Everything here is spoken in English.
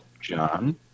John